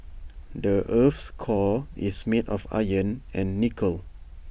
the Earth's core is made of iron and nickel